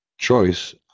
choice